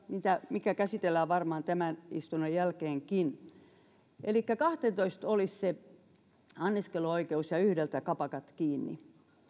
mitä käsitellään varmaan tämän istunnon jälkeenkin että se kokeilu olisi kello kahteentoista elikkä kahteentoista asti olisi anniskeluoikeus ja yhdeltä kapakat kiinni